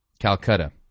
Calcutta